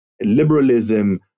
liberalism